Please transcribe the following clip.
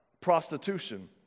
prostitution